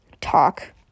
talk